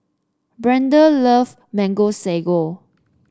Brendan love Mango Sago